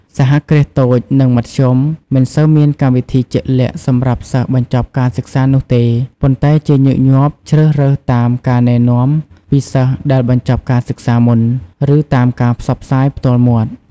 សហគ្រាសតូច និងមធ្យម មិនសូវមានកម្មវិធីជាក់លាក់សម្រាប់សិស្សបញ្ចប់ការសិក្សានោះទេ ប៉ុន្តែជាញឹកញាប់ជ្រើសរើសតាមការណែនាំពីសិស្សដែលបញ្ចប់ការសិក្សាមុន ឬតាមការផ្សព្វផ្សាយផ្ទាល់មាត់។